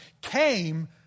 came